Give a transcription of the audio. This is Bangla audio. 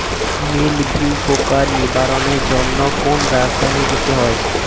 মিলভিউ পোকার নিবারণের জন্য কোন রাসায়নিক দিতে হয়?